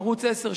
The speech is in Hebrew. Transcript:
ערוץ-10,